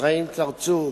אברהים צרצור,